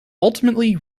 ultimately